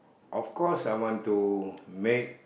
of course I want to make